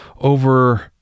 over